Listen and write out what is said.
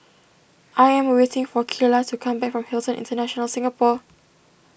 I am waiting for Keila to come back from Hilton International Singapore